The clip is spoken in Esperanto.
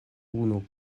unu